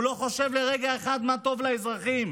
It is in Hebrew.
הוא לא חושב לרגע אחד מה טוב לאזרחים.